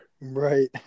right